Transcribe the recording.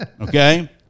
okay